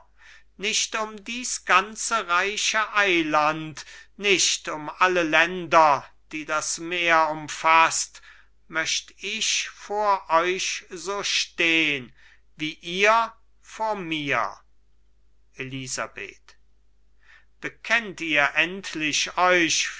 nicht um dies ganze reiche eiland nicht um alle länder die das meer umfaßt möcht ich vor euch so stehn wie ihr vor mir elisabeth bekennt ihr endlich euch